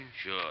Sure